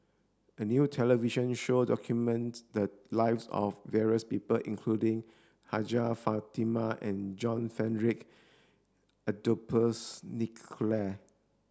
a new television show documents the lives of various people including Hajjah Fatimah and John Frederick Adolphus McNair